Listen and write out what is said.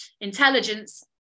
intelligence